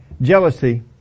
jealousy